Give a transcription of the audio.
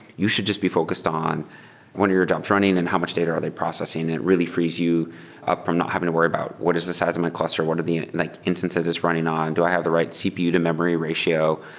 you should just be focused on when are your jobs running and how much data are they processing. it really frees you up from not having to worry about what is the size of my cluster? what are the like instances that's running on? do i have the right cpu to memory ratio?